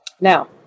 Now